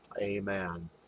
Amen